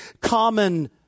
common